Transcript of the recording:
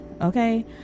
okay